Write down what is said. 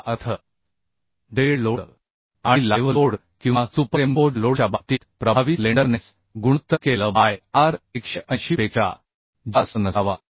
याचा अर्थ dead load आणि लाइव्ह लोड किंवा सुपरइम्पोज्ड लोडच्या बाबतीत प्रभावी स्लेंडरनेस गुणोत्तर k L बाय R 180 पेक्षा जास्त नसावा